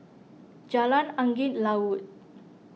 Jalan Angin Laut